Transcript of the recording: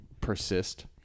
persist